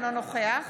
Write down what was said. אינו נוכח